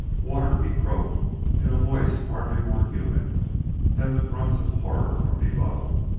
water! he croaked in a voice hardly more human than the grunts of horror from below,